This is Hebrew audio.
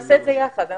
נעשה את זה ביחד.